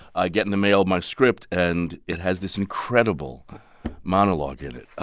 i get in the mail my script, and it has this incredible monologue in it.